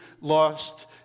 lost